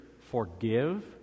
forgive